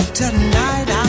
tonight